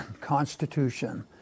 Constitution